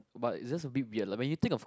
but is just a bit weird lah when you think of